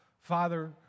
Father